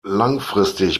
langfristig